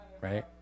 right